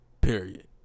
Period